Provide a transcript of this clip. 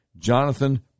Jonathan